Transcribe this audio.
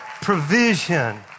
provision